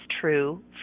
true